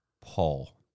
Paul